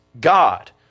God